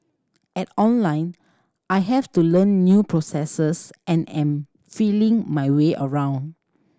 at Online I have to learn new processes and am feeling my way around